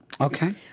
Okay